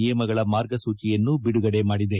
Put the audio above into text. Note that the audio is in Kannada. ನಿಯಮಗಳ ಮಾರ್ಗಸೂಚಿಯನ್ನು ಬಿಡುಗಡೆ ಮಾಡಿದೆ